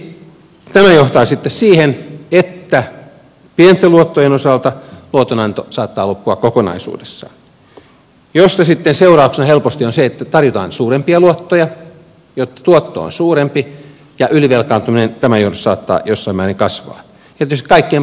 tietysti tämä johtaa sitten siihen että pienten luottojen osalta luotonanto saattaa loppua kokonaisuudessaan mistä sitten seurauksena helposti on se että tarjotaan suurempia luottoja jotta tuotto on suurempi ja ylivelkaantuminen tämän johdosta saattaa jossain määrin kasvaa